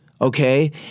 Okay